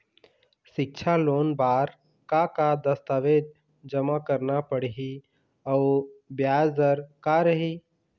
सिक्छा लोन बार का का दस्तावेज जमा करना पढ़ही अउ ब्याज दर का रही?